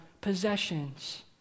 possessions